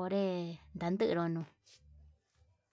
onré ndanderu no'o.